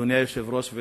אדוני היושב-ראש,